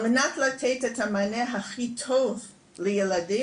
על מנת לתת את המענה הכי טוב לילדים,